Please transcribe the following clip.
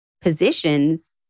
positions